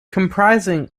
comprising